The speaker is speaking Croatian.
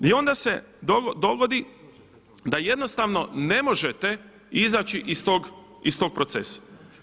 I onda se dogodi da jednostavno ne možete izaći iz tog procesa.